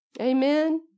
amen